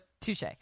touche